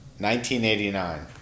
1989